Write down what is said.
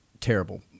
terrible